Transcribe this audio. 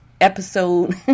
episode